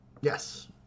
Yes